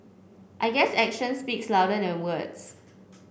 I guess action speaks louder than words